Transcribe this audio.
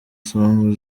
song